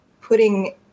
putting